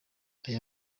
aya